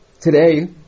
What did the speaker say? today